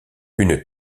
une